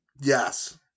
Yes